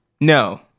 no